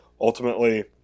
ultimately